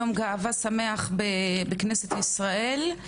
יום גאווה שמח בכנסת ישראל.